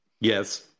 Yes